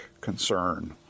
concern